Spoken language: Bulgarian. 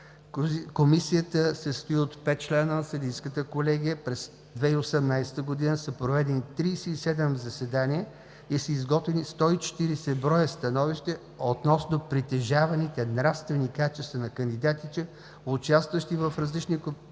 Комисията се състои от пет члена на Съдийската колегия. През 2018 г. са проведени 37 заседания и са изготвени 140 броя становища относно притежаваните нравствени качества на кандидатите, участващи в различни конкурси за